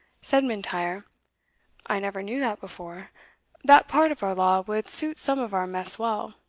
said m'intyre i never knew that before that part of our law would suit some of our mess well.